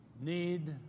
need